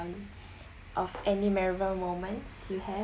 of any memorable moments you have